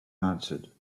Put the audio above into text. answered